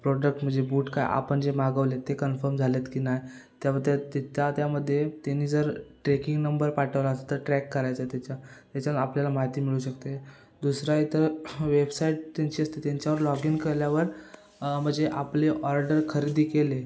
product म्हणजे boot काय आपन जे मागवलेत ते कन्फर्म झालेत की नाही त्यामध्ये त्यांनी जर ट्रेकिंग नंबर पाठवला असं तर ट्रॅक करायचं त्याच्या त्याच्यानं आपल्याला माहिती मिळू शकते दुसरा इतर वेबसाईट त्यांची असते त्यांच्यावर लॉग इन केल्यावर म्हणजे आपले ऑर्डर खरेदी केले